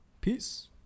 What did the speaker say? Peace